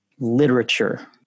Literature